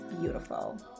beautiful